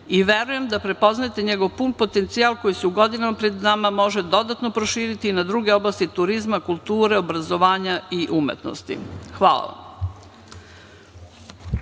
i verujem da prepoznajete njegov pun potencijal koji se u godinama pred nama može dodatno proširiti na druge oblasti turizma, kulture, obrazovanja, i umetnosti. Hvala. Sada